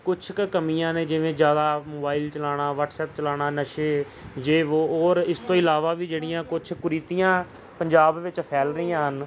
ਕੁਛ ਕੁ ਕਮੀਆਂ ਨੇ ਜਿਵੇਂ ਜ਼ਿਆਦਾ ਮੋਬਾਈਲ ਚਲਾਉਣਾ ਵੱਟਸਐਪ ਚਲਾਉਣਾ ਨਸ਼ੇ ਯੇਹ ਵੋਹ ਔਰ ਇਸ ਤੋਂ ਇਲਾਵਾ ਵੀ ਜਿਹੜੀਆਂ ਕੁਛ ਕੁਰੀਤੀਆਂ ਪੰਜਾਬ ਵਿੱਚ ਫੈਲ ਰਹੀਆਂ ਹਨ